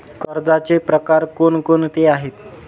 कर्जाचे प्रकार कोणकोणते आहेत?